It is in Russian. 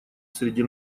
среди